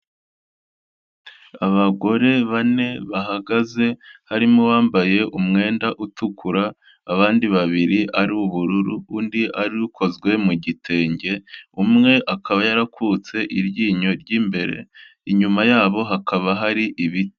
Abagore bane bahagaze, harimo uwambaye umwenda utukura, abandi babiri ari ubururu undi ari ukozwe mu gitenge, umwe akaba yarakutse iryinyo ry'imbere, inyuma yabo hakaba hari ibiti.